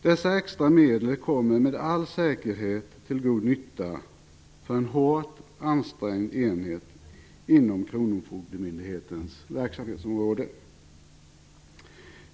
Dessa extra medel kommer med all säkerhet till god nytta för en hårt ansträngd enhet inom kronofogdemyndighetens verksamhetsområde.